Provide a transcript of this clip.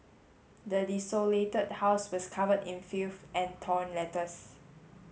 the desolated house was covered in filth and torn letters